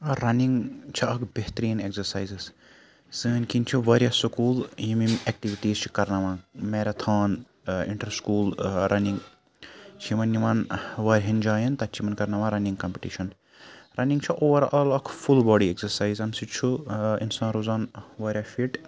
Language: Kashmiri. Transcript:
رَنِنٛگ چھِ اَکھ بہتریٖن ایٚگزَرسایز حظ سٲنۍ کِنۍ چھِ واریاہ سُکوٗل یِم یِم ایٚکٹِوِٹیٖز چھِ کَرناوان میٚراتھان ٲں اِنٹَر سُکوٗل ٲں رَنِنٛگ چھِ یِمَن نِوان واریاہن جایَن تَتہِ چھِ یِمَن کَرناوان رَنِنٛگ کَمپِٹِشَن رَنِنٛگ چھِ اُوَرآل اَکھ فُل باڈی ایٚگزَرسایِز اَمہِ سۭتۍ چھُ ٲں اِنسان روزان واریاہ فِٹ